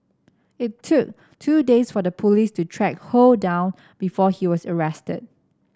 it took two days for the police to track Ho down before he was arrested